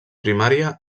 primària